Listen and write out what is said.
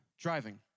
driving